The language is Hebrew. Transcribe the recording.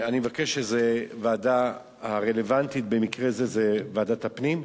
אני חושב שהוועדה הרלוונטית במקרה זה זאת ועדת הפנים.